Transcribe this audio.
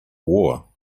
war